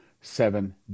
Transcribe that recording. seven